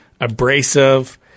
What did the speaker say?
abrasive